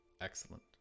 Excellent